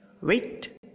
wait